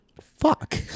fuck